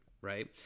right